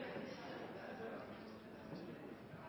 det er